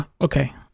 okay